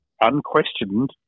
unquestioned